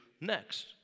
next